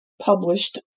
published